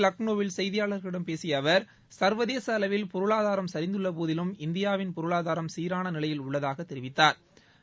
லக்னோவில் செய்தியாளா்களிடம் பேசிய அவா் இன்று சர்வதேச அளவில் பொருளாதாரம் சிந்துள்ளபோதிலும் இந்தியாவின் பொருளாதாரம் சீரான நிலையில் உள்ளதாகத் தெரிவித்தாா்